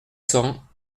cents